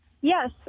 Yes